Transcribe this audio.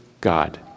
God